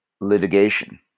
litigation